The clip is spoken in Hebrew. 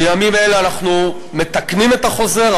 בימים אלה אנחנו מתקנים את החוזר,